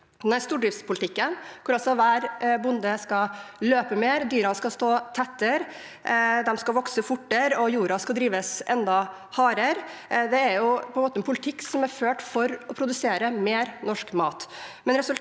stordriftspolitikken – hvor altså hver bonde skal løpe mer, dyra skal stå tettere, de skal vokse fortere og jorda skal drives enda hardere – er på en måte en politikk som er ført for å produsere mer norsk mat,